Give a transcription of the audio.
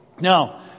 Now